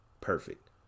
perfect